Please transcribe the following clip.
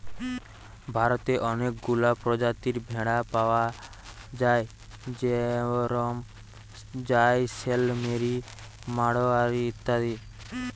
ভারতে অনেকগুলা প্রজাতির ভেড়া পায়া যায় যেরম জাইসেলমেরি, মাড়োয়ারি ইত্যাদি